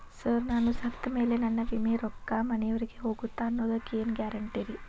Sir ನಾನು ಸತ್ತಮೇಲೆ ನನ್ನ ವಿಮೆ ರೊಕ್ಕಾ ನನ್ನ ಮನೆಯವರಿಗಿ ಹೋಗುತ್ತಾ ಅನ್ನೊದಕ್ಕೆ ಏನ್ ಗ್ಯಾರಂಟಿ ರೇ?